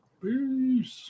Peace